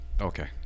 okay